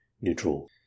neutral